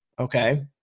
Okay